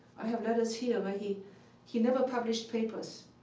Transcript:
i have letters here where he he never published papers.